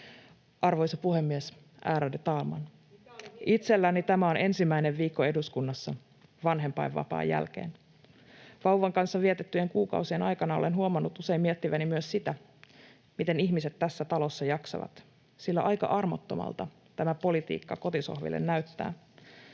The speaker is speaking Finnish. Arvoisa puhemies, ärade talman! Itselleni tämä on ensimmäinen viikko eduskunnassa vanhempainvapaan jälkeen. Vauvan kanssa vietettyjen kuukausien aikana olen huomannut usein miettiväni myös sitä, miten ihmiset tässä talossa jaksavat, sillä aika armottomalta tämä politiikka kotisohville näyttää.